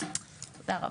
תודה רבה.